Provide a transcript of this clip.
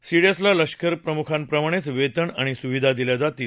सीडीएसला लष्करप्रमुखांप्रमाणेच वेतन आणि सुविधा दिल्या जातील